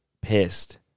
pissed